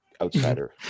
outsider